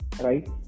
right